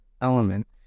element